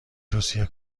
توصیه